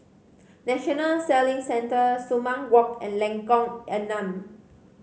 National Sailing Centre Sumang Walk and Lengkong Enam